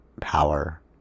power